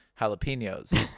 jalapenos